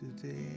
today